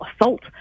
assault